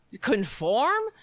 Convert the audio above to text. Conform